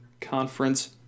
conference